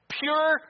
Pure